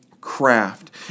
craft